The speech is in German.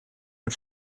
mit